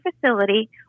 facility